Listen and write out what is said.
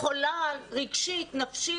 חולה רגשית, נפשית?